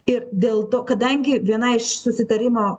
ir dėl to kadangi viena iš susitarimo